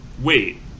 wait